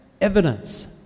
evidence